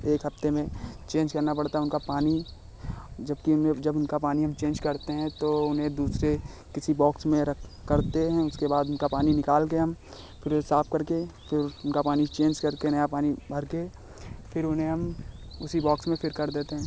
एक हफ़्ते में चेंज करना पड़ता है उनका पानी जबकि मे जब उनका पानी हम चेंज करते हैं तो उन्हें दूसरे किसी बॉक्स में रख करते हैं उसके बाद उनका पानी निकाल कर हम फिर साफ़ करके फिर उनका पानी एक्सचेंज करके नया पानी भरके फिर उन्हें हम उसी बॉक्स में फिर कर देते हैं